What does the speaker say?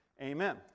Amen